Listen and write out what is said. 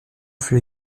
fut